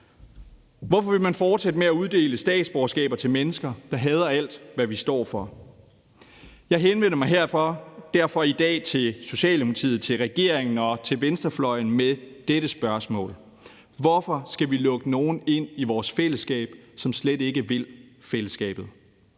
Hvorfor vil man fortsætte med at uddele statsborgerskaber til mennesker, der hader alt, hvad vi står for? Jeg henvender mig derfor i dag til Socialdemokratiet, til regeringen og til venstrefløjen med dette spørgsmål: Hvorfor skal vi lukke nogen ind i vores fællesskab, som slet ikke vil fællesskabet?